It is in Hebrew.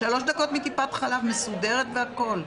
3 דקות מטיפת חלב מסודרת והכל.